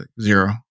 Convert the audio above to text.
zero